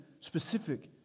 specific